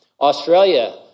Australia